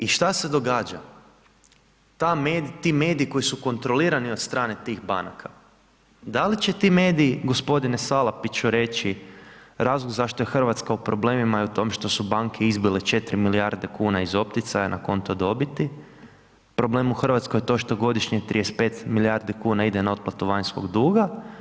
I šta se događa, ti mediji koji su kontrolirani od strane tih banaka, da li će ti mediji gospodine Salapiću reći razlog zašto je Hrvatska u problemima i o tome što su banke izbile 4 milijarde kuna iz opticaja na konto dobiti, problem u Hrvatskoj to što godišnje 35 milijardi kuna ide na otplatu vanjskog duga?